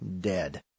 dead